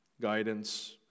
guidance